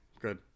Good